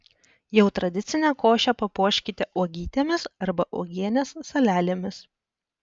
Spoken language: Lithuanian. jau tradicinę košę papuoškite uogytėmis arba uogienės salelėmis